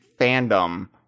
fandom